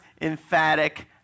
emphatic